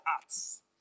arts